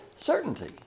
certainty